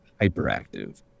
hyperactive